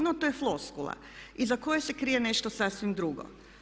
No, to je floskula iza koje se krije nešto sasvim drugo.